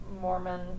mormon